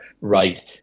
right